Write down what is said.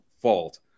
fault